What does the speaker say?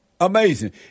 Amazing